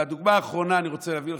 ואת הדוגמה האחרונה אני רוצה להביא לך,